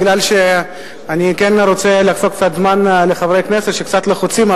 מפני שאני רוצה לחסוך קצת זמן לחברי כנסת שקצת לחוצים,